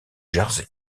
jersey